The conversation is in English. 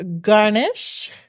garnish